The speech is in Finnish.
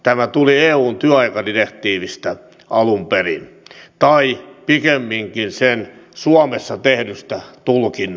tämä tuli eun työaikadirektiivistä alun perin tai pikemminkin sen suomessa tehdystä tulkinnasta